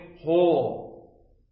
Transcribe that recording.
whole